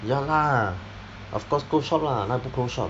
ya lah of course close shop lah 哪里不 close shop